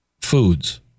foods